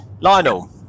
Lionel